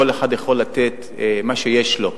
כל אחד יכול לתת מה שיש לו.